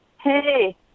hey